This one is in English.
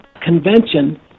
convention